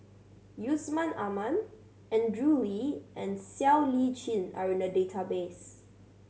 Yusman Aman Andrew Lee and Siow Lee Chin are in the database